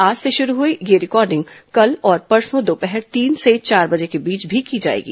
आज से शुरू हई यह रिकॉडिंग कल और परसों दोपहर तीन से चार बजे के बीच भी की जाएगी